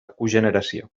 cogeneració